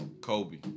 Kobe